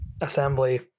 assembly